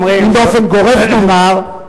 אם באופן גורף נאמר,